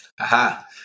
Aha